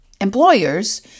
employers